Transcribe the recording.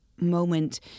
moment